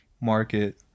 market